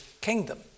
kingdom